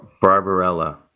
Barbarella